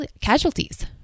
casualties